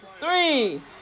three